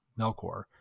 Melkor